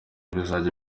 bizajya